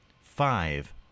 five